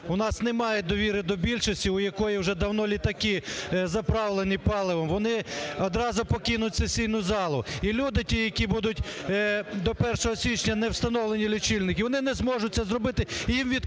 у нас немає довіри до більшості, в якої вже давно літаки заправлені паливом, вони одразу покинуть сесійну залу. І люди ті, яким будуть до 1 січня не встановлені лічильними, вони не зможуть це зробити,